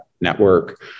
network